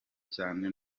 cyane